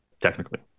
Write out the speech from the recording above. Technically